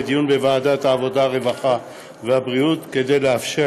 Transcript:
לדיון בוועדת העבודה הרווחה והבריאות כדי לאפשר